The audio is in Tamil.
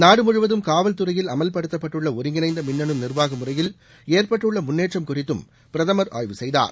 நாடுமுழுவதும் காவல்துறையில் அமல்படுத்தப்பட்டுள்ள ஒருங்கிணைந்த மின்னணு நிர்வாக முறையில் ஏற்பட்டுள்ள முன்னேற்றம் குறித்தும் பிரதமர் ஆய்வு செய்தார்